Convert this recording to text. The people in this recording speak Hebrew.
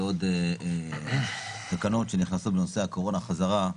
ועוד תקנות שנכנסות בנושא הקורונה חזרה.